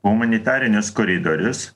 humanitarinius koridorius